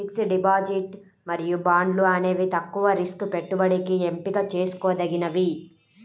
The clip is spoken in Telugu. ఫిక్స్డ్ డిపాజిట్ మరియు బాండ్లు అనేవి తక్కువ రిస్క్ పెట్టుబడికి ఎంపిక చేసుకోదగినవి